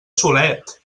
solet